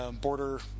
border